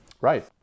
Right